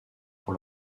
pour